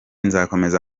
nzakomeza